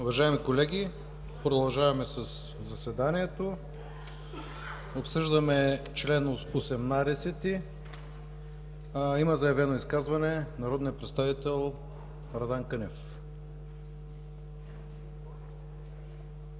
Уважаеми колеги, продължаваме заседанието с обсъждания по чл. 18. Има заявено изказване от народния представител Радан Кънев.